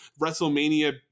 wrestlemania